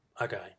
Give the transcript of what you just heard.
okay